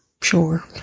Sure